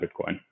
Bitcoin